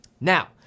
Now